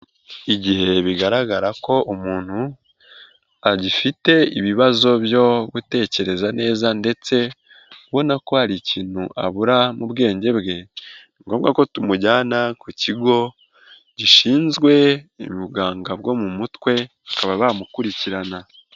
Igihe bigaragara ko umuntu agifite ibibazo byo gutekereza neza ndetse ubona ko hari ikintu abura mu bwenge bwe, ni ngombwa ko tumujyana ku kigo gishinzwe ubuganga bwo mu mutwe bakaba bamukurikirana.